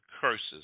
curses